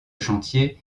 chantier